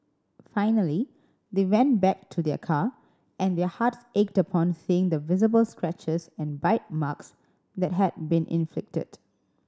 finally they went back to their car and their hearts ached upon seeing the visible scratches and bite marks that had been inflicted